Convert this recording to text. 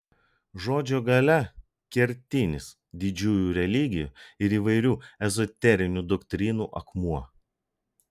žodžio galia kertinis didžiųjų religijų ir įvairių ezoterinių doktrinų akmuo